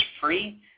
free